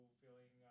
feeling